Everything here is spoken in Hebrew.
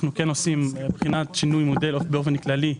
אנחנו כן עושים בחינת שינוי מודל באופן כללי,